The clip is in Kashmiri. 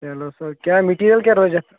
چلو سَر کیٛاہ مِٹیٖریَل کیٛاہ روزِ اَتھ